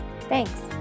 Thanks